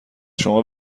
شما